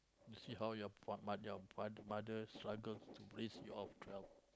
see how your fa~ your father mother uncle raise you all twelve